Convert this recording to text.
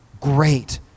great